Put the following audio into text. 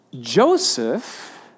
Joseph